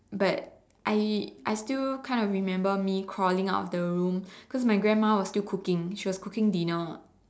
but I I still kind of remember me crawling out of the room coz my grandma she was still cooking she was cooking dinner